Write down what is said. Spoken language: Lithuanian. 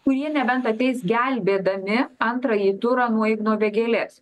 kurie nebent ateis gelbėdami antrąjį turą nuo igno vėgėlės